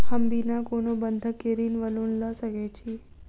हम बिना कोनो बंधक केँ ऋण वा लोन लऽ सकै छी?